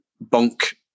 Bunk